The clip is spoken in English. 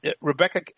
Rebecca